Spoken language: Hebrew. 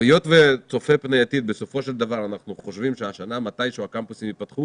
אנחנו חושבים שמתי שהוא הקמפוסים ייפתחו